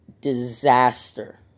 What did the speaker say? disaster